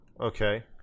Okay